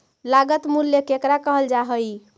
लागत मूल्य केकरा कहल जा हइ?